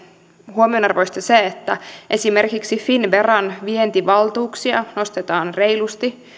huomionarvoista että esimerkiksi finnveran vientivaltuuksia nostetaan reilusti